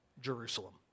Jerusalem